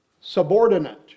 subordinate